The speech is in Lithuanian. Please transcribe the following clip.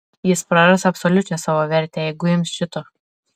jis praras absoliučią savo vertę jeigu ims šito